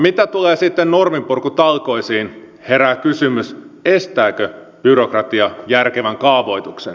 mitä tulee sitten norminpurkutalkoisiin herää kysymys estääkö byrokratia järkevän kaavoituksen